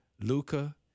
Luca